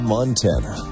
Montana